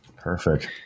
Perfect